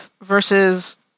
versus